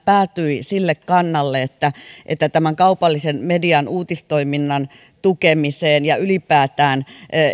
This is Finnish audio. päätyi sille kannalle että että tämän kaupallisen median uutistoiminnan tukemiseen ja ylipäätään